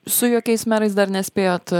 su jokiais merais dar nespėjot